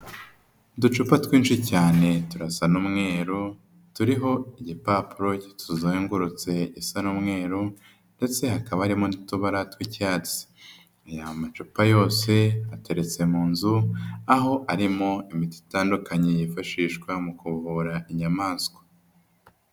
Uducupa twinshi cyane turasa n'umweru, turiho igipapuro kituzengurutse gisa n'umweru ndetse hakaba harimo n'utubara tw'icyatsi. Amacupa yose ateretse mu nzu, aho arimo imiti itandukanye yifashishwa mu kuvura inyamaswa.